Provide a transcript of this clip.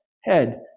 head